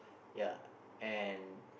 ya and